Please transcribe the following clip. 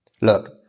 Look